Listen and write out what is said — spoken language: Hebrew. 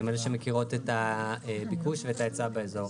הם אלה שמכירות את הביקוש וההיצע באיזור.